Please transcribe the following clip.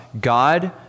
God